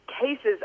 cases